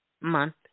month